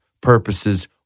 purposes